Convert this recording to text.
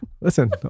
Listen